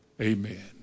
Amen